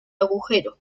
agujero